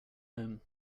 home